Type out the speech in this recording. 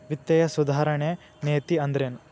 ವಿತ್ತೇಯ ಸುಧಾರಣೆ ನೇತಿ ಅಂದ್ರೆನ್